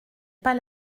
pas